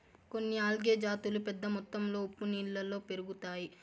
కొన్ని ఆల్గే జాతులు పెద్ద మొత్తంలో ఉప్పు నీళ్ళలో పెరుగుతాయి